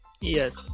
Yes